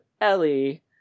Ellie